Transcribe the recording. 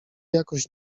jakoś